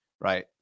Right